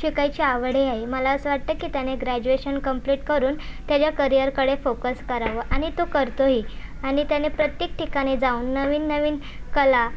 शिकायची आवडही आहे मला असं वाटतं की त्याने ग्रॅजुएशन कंप्लीट करून त्याच्या करियरकडे फोकस करावा आणि तो करतोही आणि त्याने प्रत्येक ठिकाणी जाऊन नवीन नवीन कला